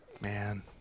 man